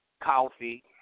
Coffee